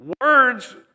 Words